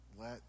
let